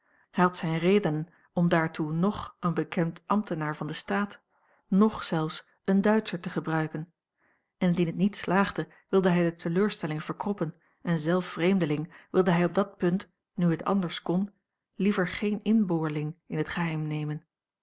had zijne redenen om daartoe noch een bekend ambtenaar van den staat noch zelfs een duitscher te gebruiken indien het niet slaagde wilde hij de teleurstelling verkroppen en zelf vreemdeling wilde hij op dat punt nu het anders kon liever geen inboorling in het geheim nemen